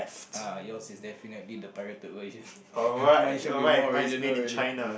ah your is definitely the pirated version mine should be more original already